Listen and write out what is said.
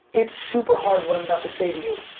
it's super hard what i'm about to say to you.